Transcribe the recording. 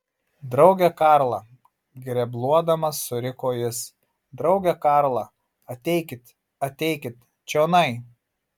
drauge karla grebluodamas suriko jis drauge karla ateikit ateikit čionai